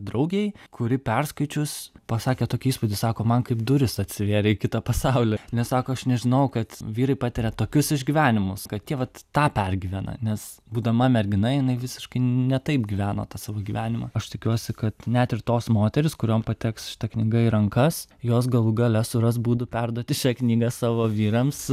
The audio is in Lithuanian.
draugei kuri perskaičius pasakė tokį įspūdį sako man kaip durys atsivėrė į kitą pasaulį nes sako aš nežinojau kad vyrai patiria tokius išgyvenimus kad tie vat tą pergyvena nes būdama mergina jinai visiškai ne taip gyveno tą savo gyvenimą aš tikiuosi kad net ir tos moterys kuriom pateks šita knyga į rankas jos galų gale suras būdų perduoti šią knygą savo vyrams